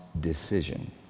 decision